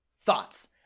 thoughts